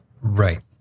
Right